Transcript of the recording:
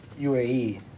UAE